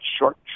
short